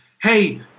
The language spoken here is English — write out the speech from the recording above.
Hey